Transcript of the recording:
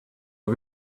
aux